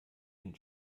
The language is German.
den